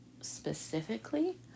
specifically